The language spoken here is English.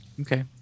Okay